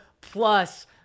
plus